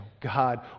god